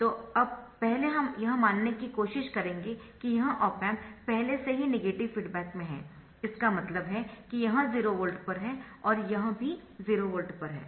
तो अब पहले हम यह मानने की कोशिश करेंगे कि यह ऑप एम्प पहले से ही नेगेटिव फीडबैक में है इसका मतलब है कि यह 0 वोल्ट पर है और यह भी 0 वोल्ट पर है